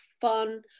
fun